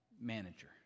manager